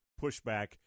pushback